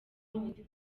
wawundi